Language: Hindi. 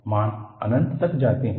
मान अनंत तक जाते हैं